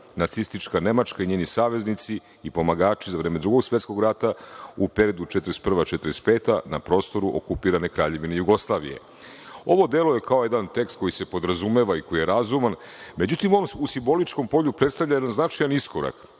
nacistička Nemačka i njeni saveznici i pomagači za vreme Drugog svetskog rata, u periodu 1941. – 1945. na prostoru okupirane Kraljevine Jugoslavije. Ovo delo je kao jedan tekst koji se podrazumeva i koji je razuman, međutim u simboličkom polju predstavlja jedan značajan iskorak,